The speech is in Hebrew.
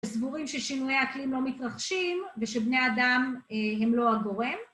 סבורים ששינויים אקלים לא מתרחשים ושבני אדם הם לא הגורם